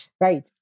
right